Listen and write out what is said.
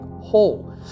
hole